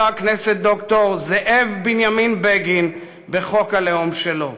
הכנסת ד"ר זאב בנימין בגין בחוק הלאום שלו.